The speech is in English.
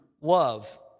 love